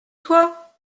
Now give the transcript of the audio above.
toi